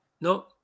no